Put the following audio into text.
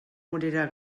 morirà